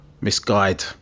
misguide